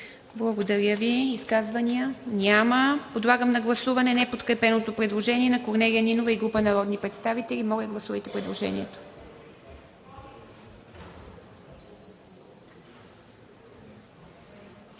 Благодаря Ви. Изказвания? Няма. Подлагам на гласуване неподкрепеното предложение на Корнелия Нинова и група народни представители. Гласували